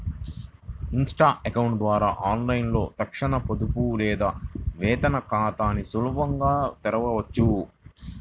Insta account ద్వారా ఆన్లైన్లో తక్షణ పొదుపు లేదా వేతన ఖాతాని సులభంగా తెరవొచ్చు